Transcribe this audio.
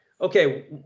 okay